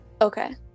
Okay